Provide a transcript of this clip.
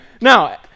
Now